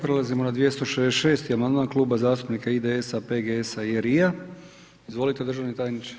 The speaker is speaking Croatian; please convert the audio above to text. Prelazimo na 266. amandman Kluba zastupnika IDS-a, PGS-a i RI-a, izvolite državni tajniče.